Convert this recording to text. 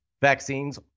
vaccines